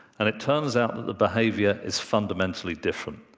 and it turns out that the behavior is fundamentally different.